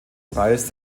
preis